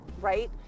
Right